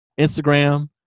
instagram